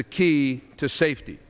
the key to safety